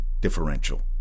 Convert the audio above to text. differential